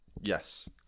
Yes